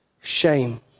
shame